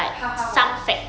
how how how